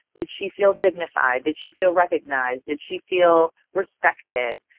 did she feel dignified? did she feel recognized? did she feel respected?